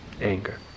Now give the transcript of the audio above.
anger